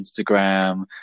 Instagram